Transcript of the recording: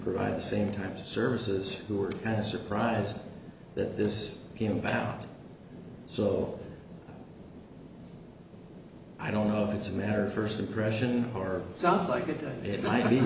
provide the same time services who are kind of surprised that this came about so i don't know if it's a matter of first impression or something like that it might be